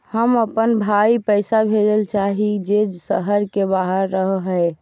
हम अपन भाई पैसा भेजल चाह हीं जे शहर के बाहर रह हे